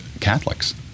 Catholics